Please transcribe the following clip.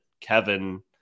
Kevin